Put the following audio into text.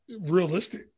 realistic